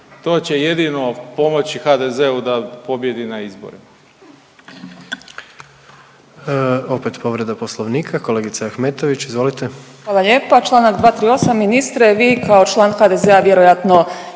to će jedino pomoći HDZ-u da pobjedi na izbore.